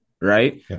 right